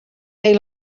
they